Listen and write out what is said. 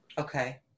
Okay